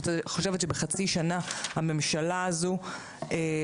אני חושבת שבחצי שנה הממשלה הזו הצליחה